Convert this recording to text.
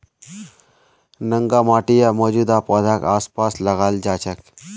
नंगा माटी या मौजूदा पौधाक आसपास लगाल जा छेक